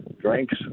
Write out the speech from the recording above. drinks